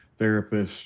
therapists